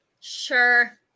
Sure